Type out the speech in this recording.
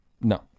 No